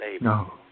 no